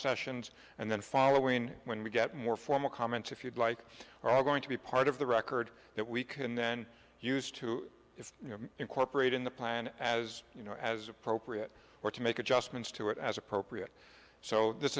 sessions and then following when we get more formal comments if you'd like are going to be part of the record that we can then use to incorporate in the plan as you know or as appropriate or to make adjustments to it as appropriate so this